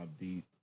Deep